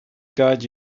guide